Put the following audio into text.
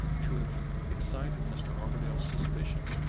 to have excited mr. armadale's suspicion.